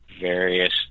various